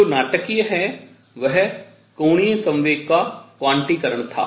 जो नाटकीय है वह कोणीय संवेग का क्वांटीकरण था